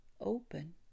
open